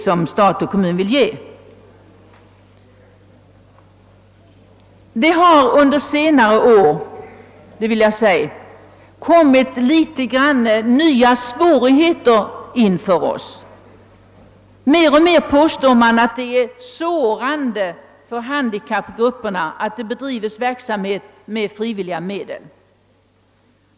Jag vill understryka att det under senare år uppstått nya svårigheter. Mer och mer påstås det vara sårande för handikappgrupperna att det bedrivs verksamhet med frivilliga medel.